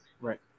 Right